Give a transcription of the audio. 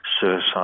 suicide